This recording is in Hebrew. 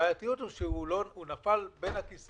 הבעייתיות היא שהענף הזה נפל בין הכיסאות